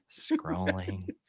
scrolling